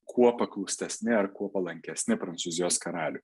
kuo paklustesni ar kuo palankesni prancūzijos karaliui